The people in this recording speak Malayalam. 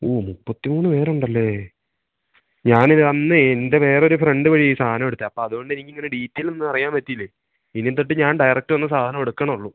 ഓ മുപ്പത്തിമൂന്ന് പേരുണ്ടല്ലേ ഞാനിത് അന്ന് എൻ്റെ വേറൊരു ഫ്രണ്ട് വഴിയാണ് ഈ സാധനം എടുത്തത് അപ്പോള് അതുകൊണ്ട് എനിക്കങ്ങനെ ഡീറ്റെയിലൊന്നും അറിയാൻ പറ്റിയില്ല ഇനി തൊട്ട് ഞാൻ ഡയറക്ട് വന്നേ സാധനം എടുക്കുന്നുള്ളൂ